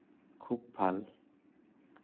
খুব ভাল